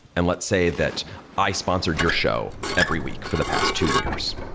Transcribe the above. and let's say that i sponsored your show every week for the past two years,